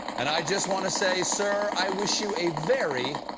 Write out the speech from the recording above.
and i just want say, sir, i wish you a very.